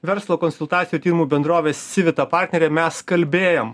verslo konsultacijų tymų bendrovės sivita partnere mes kalbėjom